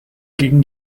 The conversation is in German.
gegen